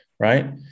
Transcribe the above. Right